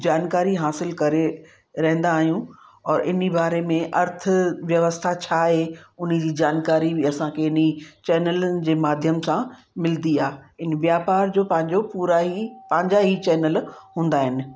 जानकारी हासिल करे रहंदा आहियूं और इन्ही बारे में अर्थव्यवस्था छाहे उन्ही जी जानकारी बि असांखे इन्ही चैनल जे माध्यम सां मिलंदी आहे इन व्यापार जो पंहिंजो पूरा ई पंहिंजा ई चैनल हूंदा आहिनि